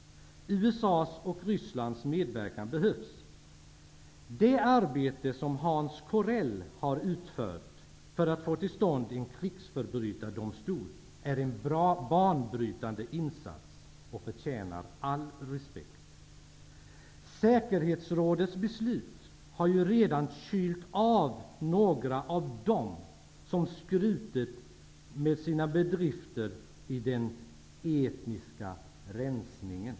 USA:s och Rysslands medverkan behövs. Det arbete som Hans Corell har utfört för att få till stånd en krigsförbrytardomstol är en banbrytande insats som förtjänar all respekt. Säkerhetsrådets beslut har ju redan kylt av några av dem som har skrutit med sina bedrifter i den etniska rensningen.